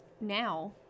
now